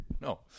No